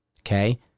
Okay